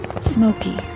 smoky